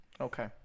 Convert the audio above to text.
okay